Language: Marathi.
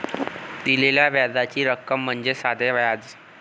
दिलेल्या व्याजाची रक्कम म्हणजे साधे व्याज